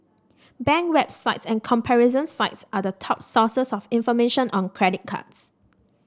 bank websites and comparison sites are the top sources of information on credit cards